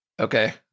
Okay